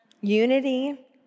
Unity